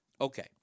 Okay